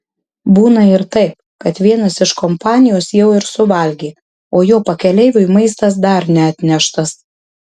būna ir taip kad vienas iš kompanijos jau ir suvalgė o jo pakeleiviui maistas dar neatneštas